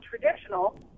traditional